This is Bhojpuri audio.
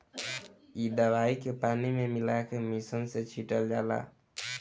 इ दवाई के पानी में मिला के मिशन से छिटल जाला